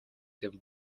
them